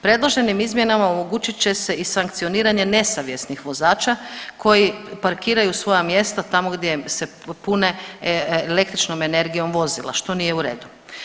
Predloženim izmjenama omogućit će se i sankcioniranje nesavjesnih vozača koji parkiraju svoja mjesta tamo gdje se pune električnom energijom vozila, što nije u redu.